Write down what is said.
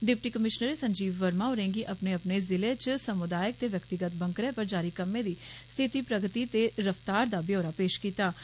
deputy कमीश्नरें संजीव वर्मा होरेंगी अपने अपने जिले च समुदायक ते व्यक्तिगत बंकरें पर जारी कम्में दी स्थिति प्रगति ते रफ्तार दा व्योरा पेश कीत्ता